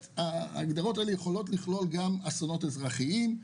ההגדרות הנזכרות יכולות בהחלט לכלול אסונות אזרחיים,